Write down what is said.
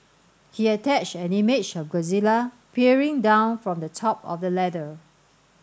he attached an image of Godzilla peering down from the top of the ladder